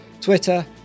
Twitter